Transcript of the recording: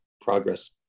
progress